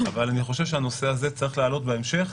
אני חושב שהנושא הזה צריך לעלות בהמשך,